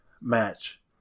match